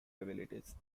abilities